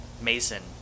Mason